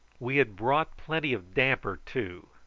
we had brought plenty of damper too,